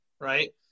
right